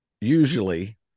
usually